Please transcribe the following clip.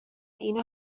اینو